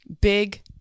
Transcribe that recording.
Big